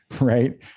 right